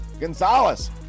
Gonzalez